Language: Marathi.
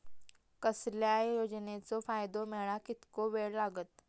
कसल्याय योजनेचो फायदो मेळाक कितको वेळ लागत?